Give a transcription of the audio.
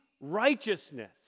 righteousness